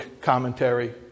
commentary